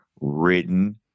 written